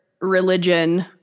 religion